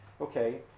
okay